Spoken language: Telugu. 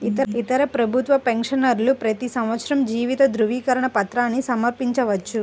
ఇతర ప్రభుత్వ పెన్షనర్లు ప్రతి సంవత్సరం జీవిత ధృవీకరణ పత్రాన్ని సమర్పించవచ్చు